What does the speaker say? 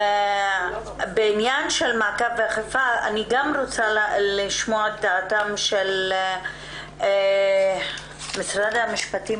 בעניין מעקב ואכיפה אני רוצה לשמוע את דעתם של משרד המשפטים,